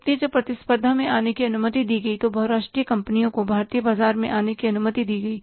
इसलिए जब प्रतिस्पर्धा में आने की अनुमति दी गई तो बहुराष्ट्रीय कंपनियों को भारतीय बाजार में आने की अनुमति दी गई